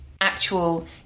actual